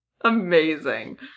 Amazing